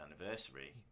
anniversary